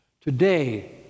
today